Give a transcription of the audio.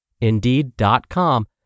Indeed.com